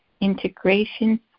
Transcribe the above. integration